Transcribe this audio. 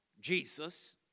Jesus